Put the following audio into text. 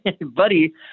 Buddy